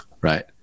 right